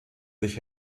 sich